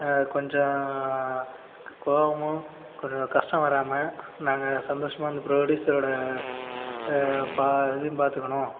கொஞ்சம் கோவமும் கொஞ்சம் கஷ்டமும் வராமல் நாங்கள் சந்தோஷமாக அந்த ப்ரொடியூசரோடய பா இதையும் பார்த்துக்கணும்